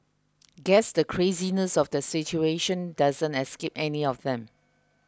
guess the craziness of the situation doesn't escape any of them